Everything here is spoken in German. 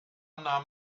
nahm